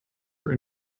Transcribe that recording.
were